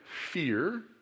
fear